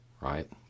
right